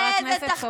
חבר הכנסת סובה.